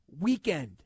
weekend